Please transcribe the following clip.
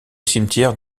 cimetière